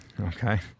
Okay